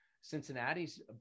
Cincinnati's